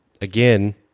again